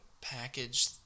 package